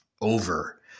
over